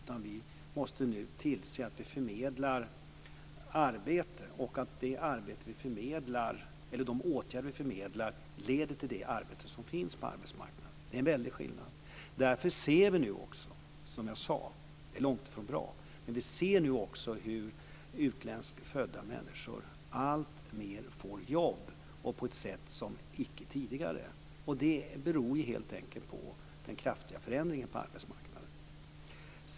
Vi måste nu tillse att vi förmedlar arbete och att de åtgärder vi förmedlar leder till det arbete som finns på arbetsmarknaden. Det är en väldig skillnad. Därför ser vi nu också, som jag sade - men det är långt ifrån bra - hur utländskt födda människor alltmer får jobb på ett sätt som inte skett tidigare. Det beror helt enkelt på den kraftiga förändringen på arbetsmarknaden.